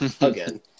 again